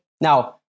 now